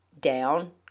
down